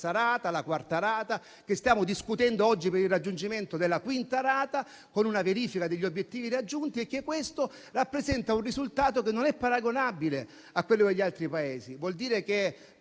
e la quarta rata e che stiamo discutendo oggi per il raggiungimento della quinta rata con una verifica degli obiettivi raggiunti e che questo rappresenta un risultato che non è paragonabile a quello degli altri Paesi. Vuol dire che